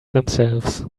themselves